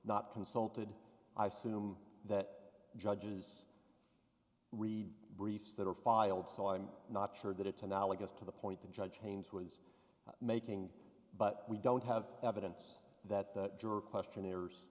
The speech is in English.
not consulted i soon that judges read briefs that were filed so i'm not sure that it's analogous to the point the judge james was making but we don't have evidence that the jury questionnaires